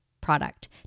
product